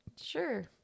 Sure